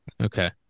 Okay